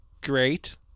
great